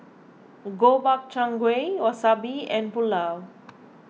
Gobchang Gui Wasabi and Pulao